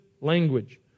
language